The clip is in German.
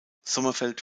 sommerfeld